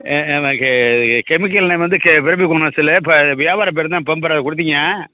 ஆ எனக்கு chemical name வந்து பேபிகோனார்செல்லு இப்ப வியாபார பேர்தான் பம்பர் அது கொடுத்தீங்க